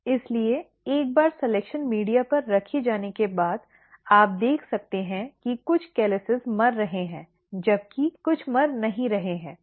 इसलिए एक बार सलिक्शन मीडिया पर रखे जाने के बाद आप देख सकते हैं कि कुछ कॉलस मर रहे हैं जबकि कुछ मर नहीं रहे हैं